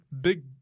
big